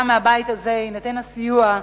גם מהבית הזה, יינתן הסיוע,